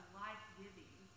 life-giving